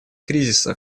кризиса